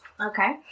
Okay